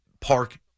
park